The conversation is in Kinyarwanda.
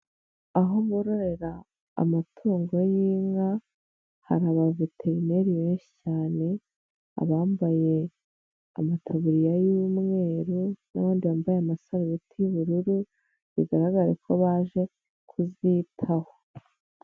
Aho bororera amatungo y'inka hari abaveterineri benshi cyane, abambaye amataburiya y'umweru n'abandi bambaye amasarubeti y'ubururu bigaragare ko baje kuzitaho.